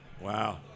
Wow